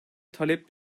talep